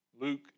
Luke